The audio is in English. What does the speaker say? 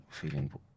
feeling